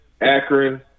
akron